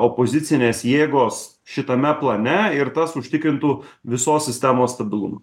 opozicinės jėgos šitame plane ir tas užtikrintų visos sistemos stabilumą